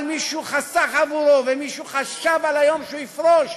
מישהו חסך עבורו ומישהו חשב על היום שהוא יפרוש,